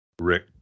Rick